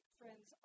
friends